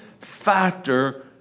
factor